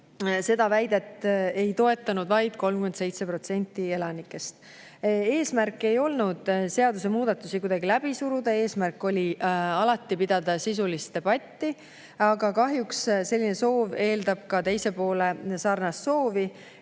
Seda väidet ei toetanud vaid 37% elanikest. Eesmärk ei olnud seadusemuudatusi kuidagi läbi suruda. Eesmärk oli alati pidada sisulist debatti, aga selline soov eeldab ka teise poole sarnast soovi.